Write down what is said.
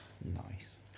Nice